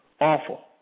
Awful